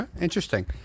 Interesting